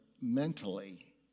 mentally